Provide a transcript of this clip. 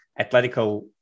Atletico